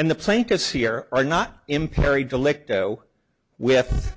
and the plaintiffs here are not impaired to lick though with